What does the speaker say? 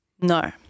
No